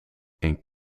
een